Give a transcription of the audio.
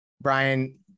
brian